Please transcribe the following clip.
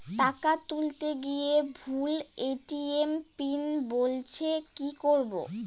টাকা তুলতে গিয়ে ভুল এ.টি.এম পিন বলছে কি করবো?